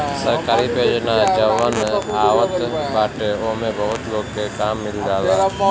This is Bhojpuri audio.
सरकारी परियोजना जवन आवत बाटे ओमे बहुते लोग के काम मिल जाला